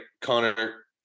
Connor